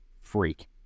freak